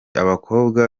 abakobwa